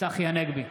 צחי הנגבי,